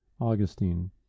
Augustine